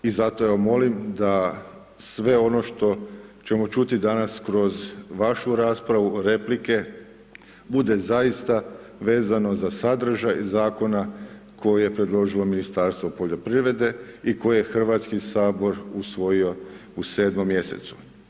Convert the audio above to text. I zato ja molim da sve ono što ćemo čuti danas kroz vašu raspravu, replike, bude zaista vezano za sadržaj Zakona koje je predložilo Ministarstvo poljoprivrede i koje je Hrvatski sabor usvojio u sedmom mjesecu.